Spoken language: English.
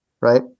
Right